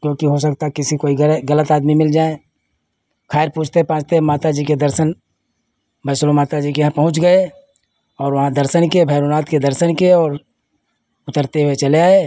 क्योंकि हो सकता है किसी कोई गलत आदमी मिल जाए ख़ैर पूछते पाछते हम माता जी के दर्शन वैष्णों माता जी के यहाँ पहुँच गए और वहाँ दर्शन किए भैरोनाथ के दर्शन किए और उतरते हुए चले आए